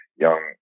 young